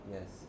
Yes